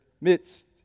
midst